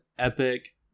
epic